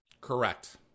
Correct